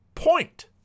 point